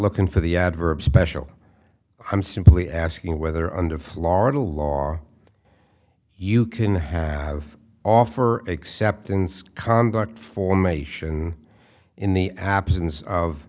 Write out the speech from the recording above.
looking for the adverb special i'm simply asking whether under florida law you can have offer acceptance conduct formation in the absence of